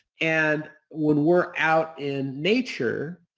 and when we're out in nature,